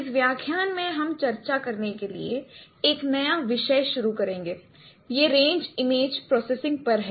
इस व्याख्यान में हम चर्चा करने के लिए एक नया विषय शुरू करेंगे यह रेंज इमेज प्रोसेसिंग पर है